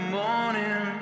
morning